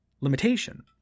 limitation